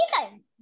Anytime